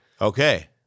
Okay